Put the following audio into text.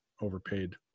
overpaid